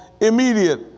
immediate